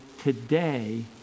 Today